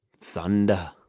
Thunder